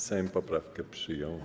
Sejm poprawkę przyjął.